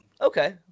okay